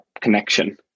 connection